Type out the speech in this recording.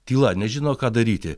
tyla nežino ką daryti